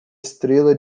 estrela